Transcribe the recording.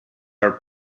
are